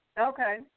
Okay